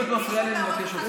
אם את מפריעה לי אני מבקש עוד זמן.